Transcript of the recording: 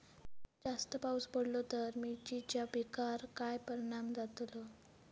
जास्त पाऊस पडलो तर मिरचीच्या पिकार काय परणाम जतालो?